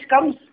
comes